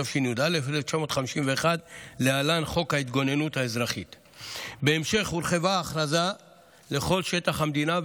התשי"א 1951. בהמשך הורחבה ההכרזה לכל שטח המדינה,